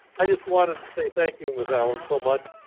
i just wanted to say thank you in the balance so much.